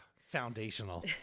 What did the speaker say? Foundational